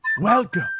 Welcome